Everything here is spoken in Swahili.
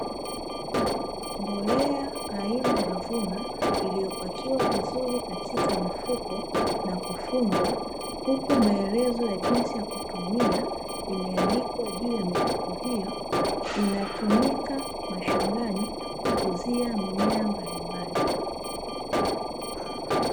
Mbolea aina ya VUNA iliyopakiwa vizuri katika mifuko na kufungwa, huku maelezo ya jinsi ya kutumia imeandikwa juu ya mifuko hiyo; inatumika mashambani kukuzia mimea mbalimbali.